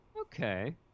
Okay